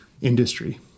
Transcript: industry